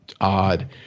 odd